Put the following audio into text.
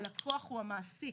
הלקוח הוא המעסיק